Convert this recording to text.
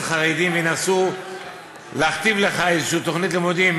חרדים וינסו להכתיב לך תוכנית לימודים.